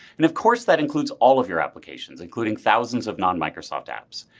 and of course that include all of your applications including thousands of non-microsoft apps.